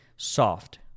Soft